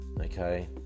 okay